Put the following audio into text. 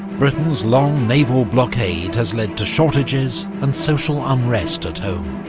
britain's long naval blockade has led to shortages and social unrest at home.